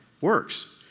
works